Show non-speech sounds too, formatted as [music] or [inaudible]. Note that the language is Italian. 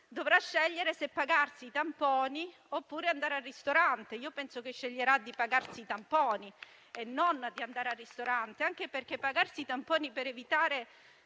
dovrà scegliere se pagarsi i tamponi oppure andare al ristorante. [applause] Penso che sceglierà di pagarsi i tamponi e non di andare al ristorante. Peraltro, pagarsi i tamponi per evitare